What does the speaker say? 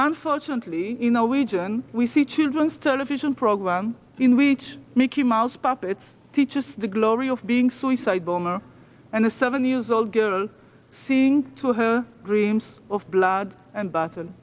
unfortunately you know we jhon we see children's television program in which mickey mouse puppets teaches the glory of being suicide bomber and the seven years old girl seeing through her dreams of blood and button